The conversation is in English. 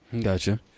gotcha